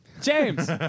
James